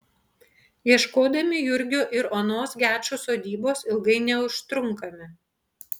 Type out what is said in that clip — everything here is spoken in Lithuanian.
ieškodami jurgio ir onos gečų sodybos ilgai neužtrunkame